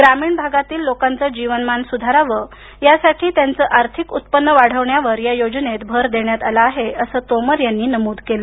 ग्रामीण भागातील लोकांचे जीवनमान सुधारावे यासाठी त्यांचे उत्पन्न वाढवण्यावर या योजनेत भर देण्यात आला आहे असं तोमर यांनी नमूद केलं